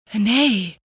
Nay